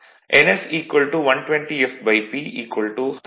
ns120 fP 1000 R